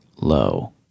low